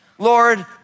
Lord